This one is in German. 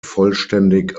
vollständig